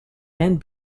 and